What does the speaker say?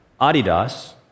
Adidas